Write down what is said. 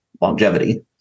longevity